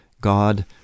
God